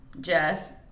Jess